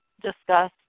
discuss